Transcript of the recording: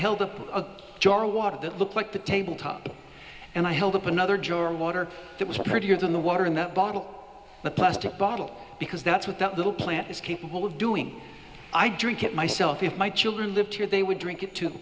held up a jar of water that looked like the table top and i held up another juror water that was prettier than the water in the bottle the plastic bottle because that's what that little plant is capable of doing i drink it myself if my children lived here they would drink it to